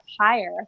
higher